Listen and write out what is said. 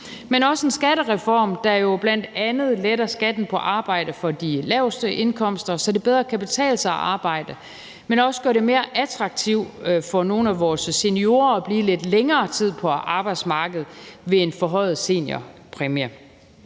også om en skattereform, der jo bl.a. letter skatten på arbejde for de laveste indkomster, så det bedre kan betale sig at arbejde, men også gør det mere attraktivt for nogle af vores seniorer at blive lidt længere tid på arbejdsmarkedet ved en forhøjet seniorpræmie.